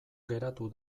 geratu